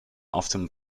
often